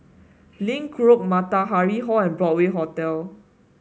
Link Road Matahari Hall and Broadway Hotel